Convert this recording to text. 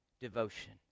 devotion